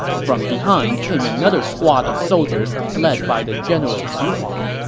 from behind came another squad of soldiers led by the general xu huang.